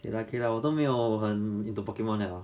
!aiya! okay lah 我都没有很 into pokemon liao